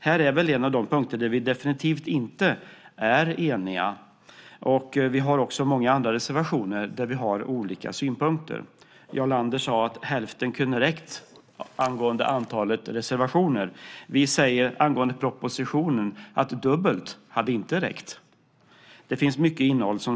Här är väl en av de punkter där vi definitivt inte är eniga. Vi har också många andra reservationer där vi har olika synpunkter. Jarl Lander sade att hälften kunde ha räckt angående antalet reservationer. Vi säger angående propositionen att dubbelt inte hade räckt. Det saknas mycket innehåll.